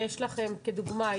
כדוגמה,